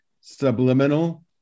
subliminal